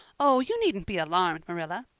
oh, you needn't be alarmed, marilla.